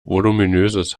voluminöses